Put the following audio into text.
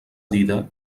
dida